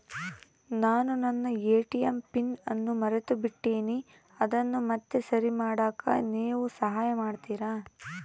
ನಾನು ನನ್ನ ATM PIN ಅನ್ನು ಮರೆತುಬಿಟ್ಟೇನಿ ಅದನ್ನು ಮತ್ತೆ ಸರಿ ಮಾಡಾಕ ನೇವು ಸಹಾಯ ಮಾಡ್ತಿರಾ?